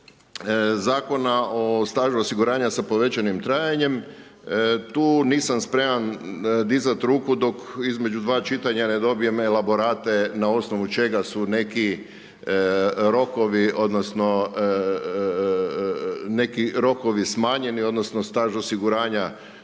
Zakona o stažu osiguranja sa povećanim trajanjem, tu nisam spreman dizat ruku, dok između dva čitanja ne dobijem elaborate na osnovu čega su neki rokovi, odnosno neki rokovi smanjeni, odnosno staž osiguranja